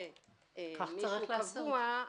ומישהו קבוע,